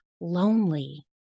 lonely